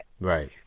Right